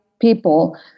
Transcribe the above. people